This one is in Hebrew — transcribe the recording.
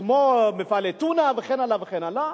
כמו מפעלי טונה, וכן הלאה,